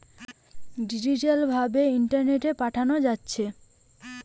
digital ভাবে ইন্টারনেটে পাঠানা যাচ্ছে